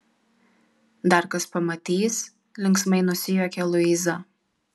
dar kas pamatys linksmai nusijuokia luiza